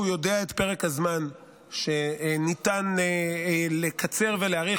למרות שהוא יודע את פרק הזמן שניתן לקצר ולהאריך,